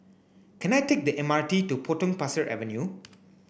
can I take the M R T to Potong Pasir Avenue